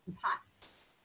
pots